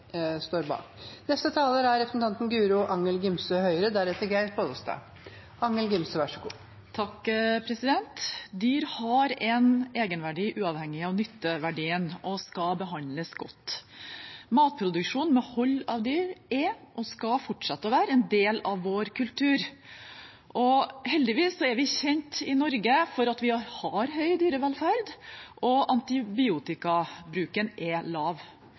Dyr har en egenverdi uavhengig av nytteverdien og skal behandles godt. Matproduksjon med hold av dyr er og skal fortsette å være en del av vår kultur. Heldigvis er vi kjent i Norge for at vi har høy dyrevelferd, og antibiotikabruken er lav.